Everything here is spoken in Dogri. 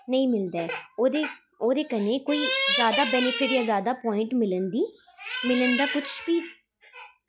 नेईं मिलदा ऐ ओह्दे कन्नै कोई जादा बेनिफिट जां जादा पाइंट मिलन दी मिलन दा कुछ बी